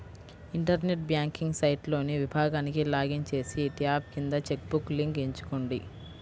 internet banking సైట్లోని విభాగానికి login చేసి, ట్యాబ్ కింద చెక్ బుక్ లింక్ ఎంచుకోండి